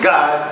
God